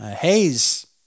Hayes